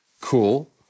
cool